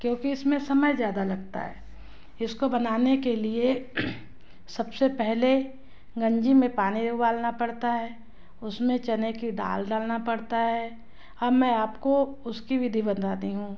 क्योंकि इसमें समय ज़्यादा लगता है इसको बनाने के लिए सबसे पहले गंजी में पानी उबालना पड़ता है उसमें चने की दाल डालना पड़ता है अब मैं आपको उसकी विधि बताती हूँ